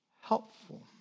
helpful